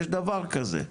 יש דבר כזה,